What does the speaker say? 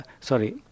Sorry